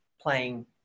playing